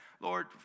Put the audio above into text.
Lord